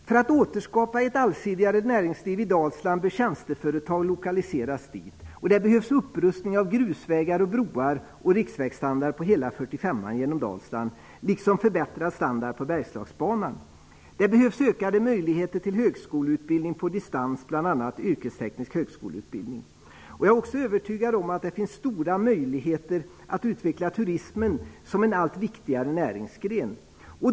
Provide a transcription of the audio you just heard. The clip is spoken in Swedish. För att återskapa ett allsidigare näringsliv i Dalsland bör tjänsteföretag lokaliseras dit. Det behövs upprustning av grusvägar och broar, riksvägsstandard på hela 45:an genom Dalsland liksom förbättrad standard på Bergslagsbanan. Det behövs ökade möjligheter till högskoleutbildning på distans, bl.a. yrkesteknisk högskoleutbildning. Jag är också övertygad om att det finns stora möjligheter att utveckla turismen som en allt viktigare näringsgren.